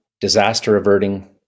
disaster-averting